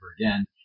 again